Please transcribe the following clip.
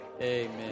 amen